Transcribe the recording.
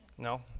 No